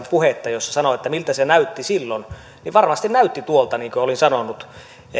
puhetta jossa sanoin miltä se näytti silloin niin varmasti näytti tuolta niin kuin olin sanonut